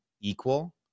equal